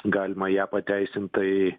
galima ją pateisint tai